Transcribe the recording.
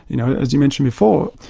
you know, as you mentioned before,